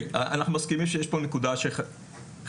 אנחנו מסכימים שיש פה נקודה חשבונאית